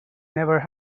never